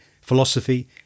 philosophy